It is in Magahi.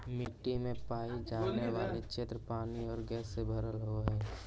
मिट्टी में पाई जाने वाली क्षेत्र पानी और गैस से भरल होवअ हई